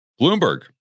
Bloomberg